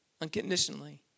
unconditionally